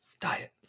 diet